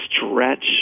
stretch